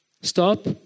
Stop